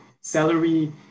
salary